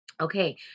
Okay